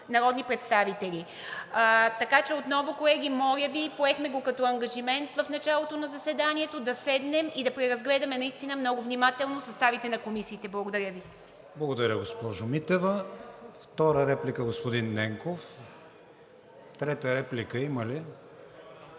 народни представители. Така че отново, колеги, моля Ви, поехме го като ангажимент в началото на заседанието, да седнем и да преразгледаме наистина много внимателно съставите на комисиите. Благодаря Ви. ПРЕДСЕДАТЕЛ КРИСТИАН ВИГЕНИН: Благодаря, госпожо Митева. Втора реплика – господин Ненков. Трета реплика има ли?